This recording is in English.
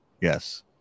yes